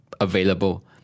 available